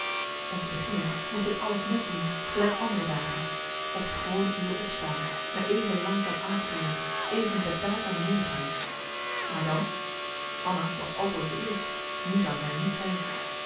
om te beginnen moest ik alles net doen gelijk andere dagen op het gewone uur opstaan me even langzaam aankleeden even bedaard naar beneden gaan maar dan anna was altoos de eerst nu zou zij er niet zijn